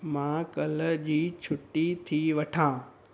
मां कल्ह जी छुटी थी वठां